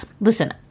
listen